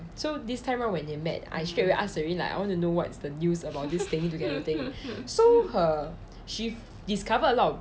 so this time right when they met I straight away ask already like I want to know what's the news about this thing together thing so her she discovered a lot of